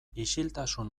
isiltasun